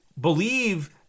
believe